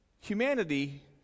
Humanity